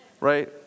right